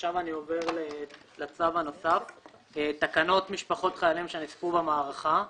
אני עובר לצו הנוסף תקנות משפחות חיילים שנספו במערכה.